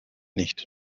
nicht